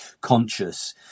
conscious